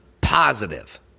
positive